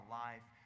life